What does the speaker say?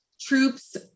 troops